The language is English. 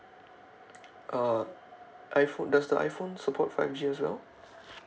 uh iphone does the iphone support five G as well